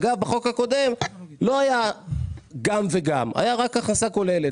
אגב בחוק הקודם לא היה גם וגם היה רק הכנסה כוללת.